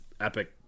epic